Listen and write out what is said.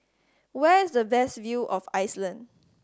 where is the best view of Iceland